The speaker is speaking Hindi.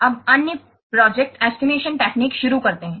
अब अन्य प्रोजेक्ट एस्टिमेशन टेक्निक्स शुरू करते हैं